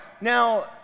Now